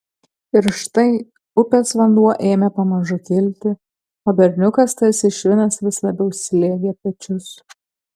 ir štai upės vanduo ėmė pamažu kilti o berniukas tarsi švinas vis labiau slėgė pečius